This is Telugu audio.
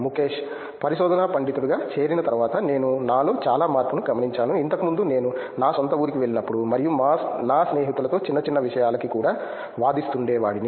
ముఖేష్ పరిశోధనా పండితుడిగా చేరిన తరువాత నెను నాలో చాలా మార్పును గమనించాను ఇంతకు ముందు నేను నా సొంత ఊరికి వెళ్ళినప్పుడు మరియు నా స్నేహితులతో చిన్న చిన్న విషయాలకి కూడా వాదిస్తుండేవాడిని